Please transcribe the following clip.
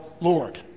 Lord